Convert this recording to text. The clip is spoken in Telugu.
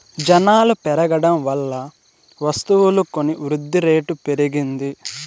జనాలు పెరగడం వల్ల వస్తువులు కొని వృద్ధిరేటు పెరిగింది